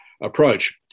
approach